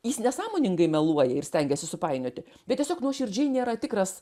jis ne sąmoningai meluoja ir stengiasi supainioti bet tiesiog nuoširdžiai nėra tikras